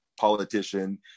politician